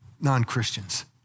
non-Christians